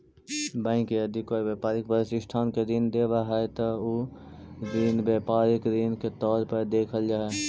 bank यदि कोई व्यापारिक प्रतिष्ठान के ऋण देवऽ हइ त उ ऋण व्यापारिक ऋण के तौर पर देखल जा हइ